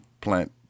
plant